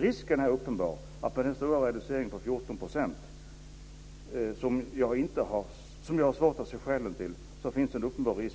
Risken är uppenbar att med den stora reduceringen på 14 %, som jag har svårt att se skälen till,